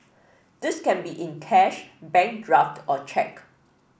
this can be in cash bank draft or cheque